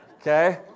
Okay